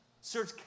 Search